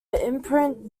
imprint